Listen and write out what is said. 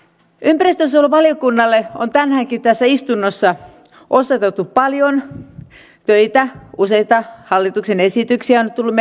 ympäristönsuojeluvaliokunnalle on tänäänkin tässä istunnossa osoitettu paljon töitä useita hallituksen esityksiä on nyt tullut